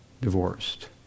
divorced